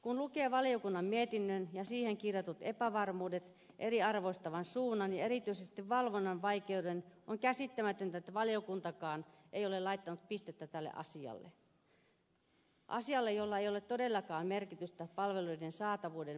kun lukee valiokunnan mietinnön ja siihen kirjatut epävarmuudet eriarvoistavan suunnan ja erityisesti valvonnan vaikeuden on käsittämätöntä että valiokuntakaan ei ole laittanut pistettä tälle asialle asialle jolla ei ole todellakaan merkitystä palvelujen saatavuuden varmistamisessa